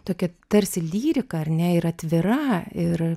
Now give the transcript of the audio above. tokia tarsi lyrika ar ne ir atvira ir